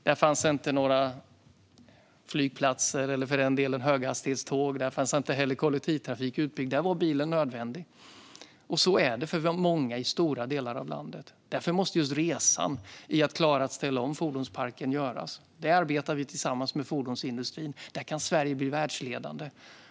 Där fanns inga flygplatser eller för den delen höghastighetståg, och där fanns inte heller utbyggd kollektivtrafik. Där var bilen nödvändig, och så är det för många i stora delar av landet. Därför måste vi göra den här resan och klara att ställa om fordonsparken, och där arbetar vi tillsammans med fordonsindustrin. Sverige kan bli världsledande.